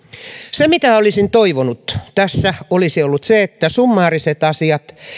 se mitä olisin toivonut tässä olisi ollut se että summaariset asiat